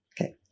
Okay